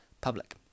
public